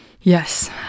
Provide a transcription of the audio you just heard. Yes